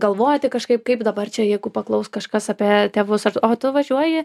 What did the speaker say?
galvoti kažkaip kaip dabar čia jeigu paklaus kažkas apie tėvus o tu važiuoji